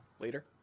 later